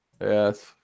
Yes